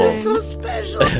ah so special